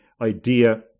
idea